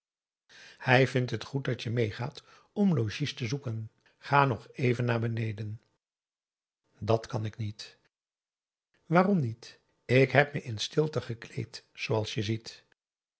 hij vindt het goed dat je meê gaat om logies te zoeken ga nog even naar beneden dat kan ik niet waarom niet ik heb me in stilte gekleed zooals je ziet